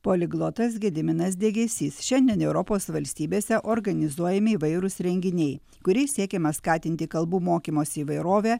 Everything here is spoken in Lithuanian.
poliglotas gediminas degėsys šiandien europos valstybėse organizuojami įvairūs renginiai kuriais siekiama skatinti kalbų mokymosi įvairovę